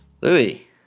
Louis